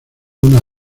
una